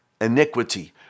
iniquity